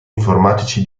informatici